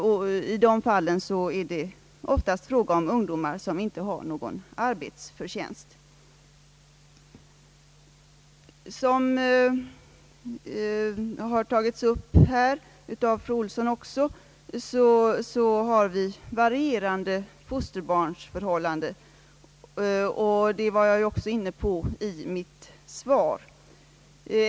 Oftast är det då fråga om ungdomar som inte har någon arbetsförtjänst Såsom nämnts av fru Ohlsson finns det varierande fosterbarnsförhållanden, och detta var jag också inne på i mitt svar.